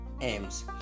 m's